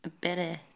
better